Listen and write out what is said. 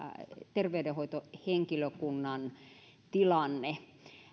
terveydenhoitohenkilökunnan tilanne